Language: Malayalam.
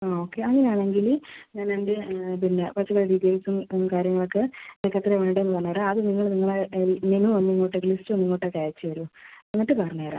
ആ ഓക്കെ അങ്ങനെ ആണെങ്കിൽ ഞാൻ എൻ്റെ പിന്നെ പച്ചക്കറി ഡീറ്റെയിൽസും കാര്യങ്ങളുമൊക്കെ എനിക്ക് എത്രയാണ് വേണ്ടതെന്ന് പറഞ്ഞ് തരാം ആദ്യം നിങ്ങൾ നിങ്ങളെ മെനു ഒന്ന് ഇങ്ങോട്ടേക്ക് ലിസ്റ്റ് ഒന്ന് ഇങ്ങോട്ടേക്ക് അയച്ച് തരുമോ എന്നിട്ട് പറഞ്ഞ് തരാം